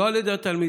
לא על ידי התלמידים,